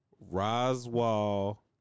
Roswell